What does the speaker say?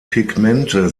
pigmente